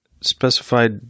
specified